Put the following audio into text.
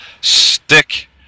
stick